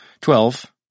Twelve